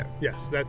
Yes